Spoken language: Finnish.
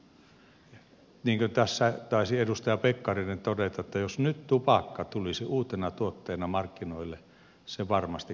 niin kuin tässä taisi edustaja pekkarinen todeta jos nyt tupakka tulisi uutena tuotteena markkinoille se varmasti kiellettäisiin